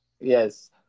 Yes